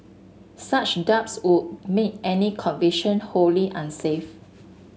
such doubts would make any conviction wholly unsafe